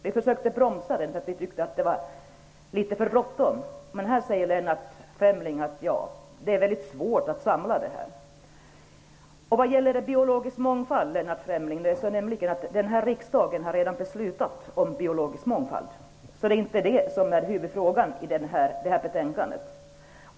Vi försökte bromsa den för vi tyckte att det var litet för bråttom. Här säger nu Lennart Fremling att det är svårt att samla frågorna. Denna riksdag har redan beslutat om biologisk mångfald, Lennart Fremling. Så det är inte huvudfrågan i det här betänkandet.